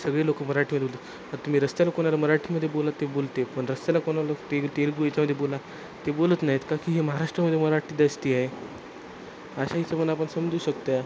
सगळे लोक मराठीमध्ये बोलतात आता तुम्ही रस्त्याला कोणाला मराठीमध्ये बोला ते बोलते आहे पण रस्त्याला कोणा लोक ते तेलुगू याच्यामध्ये बोला ते बोलत नाहीत कारण की हे महाराष्ट्रामध्ये मराठी दास्ती आहे अशा हिशोबानं आपण समजू शकत्या